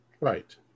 Right